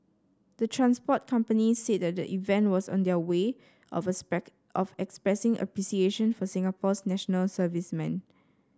the transport companies said the event was their way of of expressing appreciation for Singapore's National Servicemen